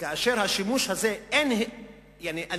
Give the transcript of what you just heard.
כאשר הזמני הוא קבוע.